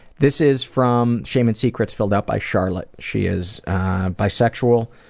this is from shame and secrets filled out by charlotte. she is bisexual,